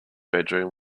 bedroom